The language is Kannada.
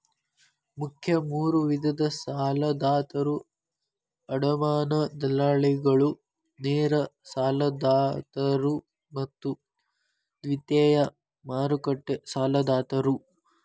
ಮುಖ್ಯ ಮೂರು ವಿಧದ ಸಾಲದಾತರು ಅಡಮಾನ ದಲ್ಲಾಳಿಗಳು, ನೇರ ಸಾಲದಾತರು ಮತ್ತು ದ್ವಿತೇಯ ಮಾರುಕಟ್ಟೆ ಸಾಲದಾತರು